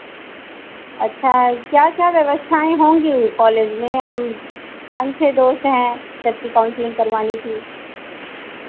अच्छा है क्या क्या व्यवस्थाएँ होंगी कॉलेज में हम पाँच छह दोस्त हैं सबकी काउंसलिंग करवानी थी